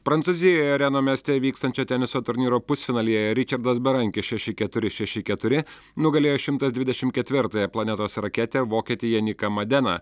prancūzijoje reno mieste vykstančio teniso turnyro pusfinalyje ričardas berankis šeši keturi šeši keturi nugalėjo šimtas dvidešimt ketvirtąją planetos raketę vokietį janiką madeną